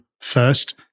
first